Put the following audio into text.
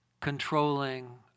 controlling